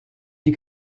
die